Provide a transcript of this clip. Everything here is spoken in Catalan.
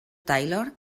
taylor